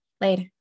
later